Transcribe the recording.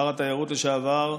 שר התיירות לשעבר גנדי,